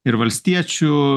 ir valstiečių